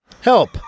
Help